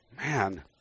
man